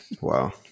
Wow